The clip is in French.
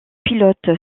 pilotes